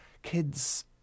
Kids